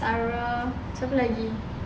uh satu lagi